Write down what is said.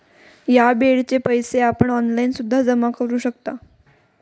या बेडचे पैसे आपण ऑनलाईन सुद्धा जमा करू शकता